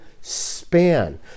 span